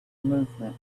movement